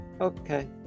okay